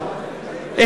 אירופה,